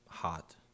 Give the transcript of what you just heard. hot